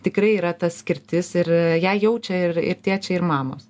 tikrai yra ta skirtis ir ją jaučia ir ir tėčiai ir mamos